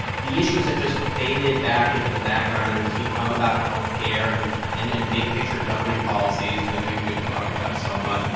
the issues have just faded back into the background, and it's become about health care and and and big-picture governing policies and the things we've been talking about so much.